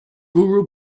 guru